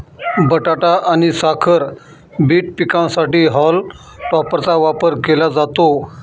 बटाटा आणि साखर बीट पिकांसाठी हॉल टॉपरचा वापर केला जातो